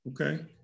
Okay